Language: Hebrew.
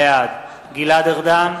בעד גלעד ארדן,